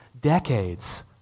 decades